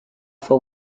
for